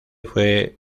fue